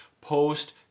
post